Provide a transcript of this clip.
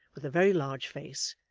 with a very large face,